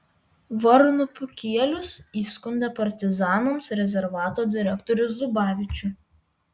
varnupių kielius įskundė partizanams rezervato direktorių zubavičių